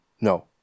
No